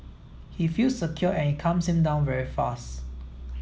he feels secure and it calms him down very fast